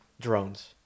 drones